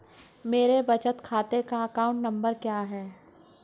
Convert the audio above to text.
मेरे बचत खाते का अकाउंट नंबर क्या है?